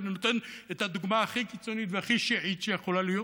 ואני נותן את הדוגמה הכי קיצונית והכי שיעית שיכולה להיות: